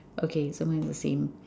okay so mine is the same